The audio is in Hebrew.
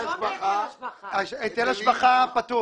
היטל השבחה פטור.